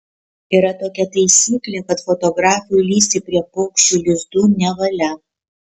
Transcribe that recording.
yra tokia taisyklė kad fotografui lįsti prie paukščių lizdų nevalia